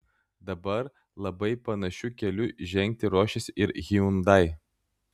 dabar labai panašiu keliu žengti ruošiasi ir hyundai